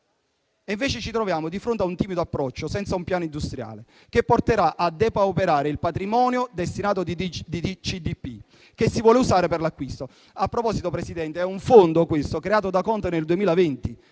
Invece ci troviamo di fronte a un timido approccio, senza un piano industriale, che porterà a depauperare il patrimonio destinato a Cassa depositi e prestiti che si vuole usare per l'acquisto. A proposito, Presidente, questo è un fondo creato da Conte nel 2020